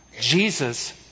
Jesus